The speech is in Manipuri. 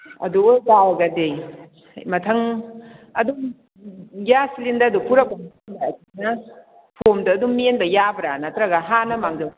ꯑꯗꯣꯕꯨ ꯌꯥꯎꯔꯒꯗꯤ ꯃꯊꯪ ꯑꯗꯨꯝ ꯒ꯭ꯌꯥꯁ ꯁꯤꯂꯤꯟꯗꯔꯗꯨ ꯄꯨꯔꯛꯄ ꯃꯇꯝꯗ ꯑꯩꯈꯣꯏꯅ ꯐꯣꯝꯗꯣ ꯑꯗꯨꯝ ꯃꯦꯟꯕ ꯌꯥꯕ꯭ꯔꯥ ꯅꯠꯇꯔꯒ ꯍꯥꯟꯅ ꯃꯥꯡꯖꯧꯅꯅ